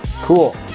Cool